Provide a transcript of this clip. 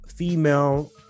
Female